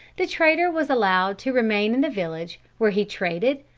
the trader was allowed to remain in the village, where he traded,